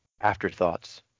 afterthoughts